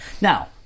now